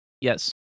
Yes